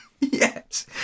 Yes